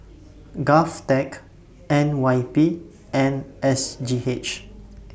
Govtech N Y P and S G H